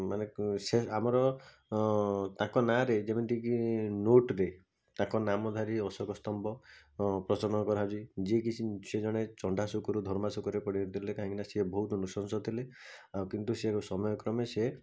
ମାନେ ସେ ଆମର ତାଙ୍କ ନାଁରେ ଯେମିତିକି ନୋଟ୍ରେ ତାଙ୍କ ନାମଧାରୀ ଅଶୋକ ସ୍ତମ୍ଭ ପ୍ରଚଳନ କରାହେଉଛି ଯିଏକି ସେ ଜଣେ ଚଣ୍ଡାଶୋକରୁ ଧର୍ମାଶୋକରେ ପରିଣତ ହେଲେ କାହିଁକିନା ସିଏ ବହୁତ ନୃଶଂସ ଥିଲେ ଆଉ କିନ୍ତୁ ସିଏ ସମୟକ୍ରମେ ସିଏ